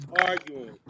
arguing